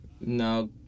No